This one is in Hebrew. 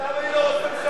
אז למה היא לא ראש ממשלה?